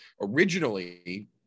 originally